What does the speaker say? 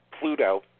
Pluto